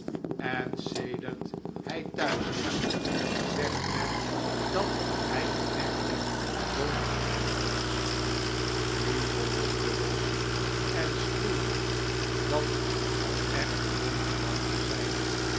en sedert hij thuis is zegt men dat hij een echte don juan is nu vonden stubbles en spoony dat een echte don juan te zijn